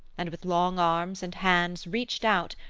and with long arms and hands reached out,